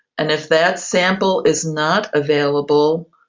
and if that sample is not available,